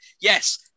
yes